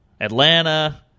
Atlanta